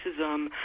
racism